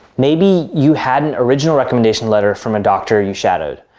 maybe you had an original recommendation letter from a doctor you shadowed,